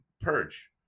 purge